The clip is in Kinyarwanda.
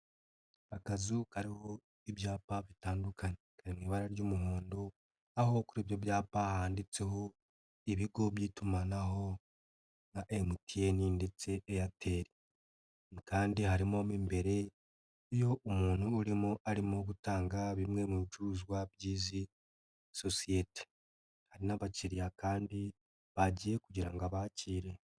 Akazu kariho ibyapa bitandukanye kari mu ibara ry'umuhondo aho kuri ibyo byapa handitseho ibigo by'itumanaho nka MTN ndetse Airtel kandi harimo mo imbere yo umuntu urimo arimo gutanga bimwe mu bicuruzwa by'izi sosiyete, hari n'abakiriya kandi bagiye kugira ngo abakire.